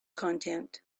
content